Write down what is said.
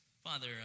Father